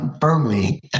firmly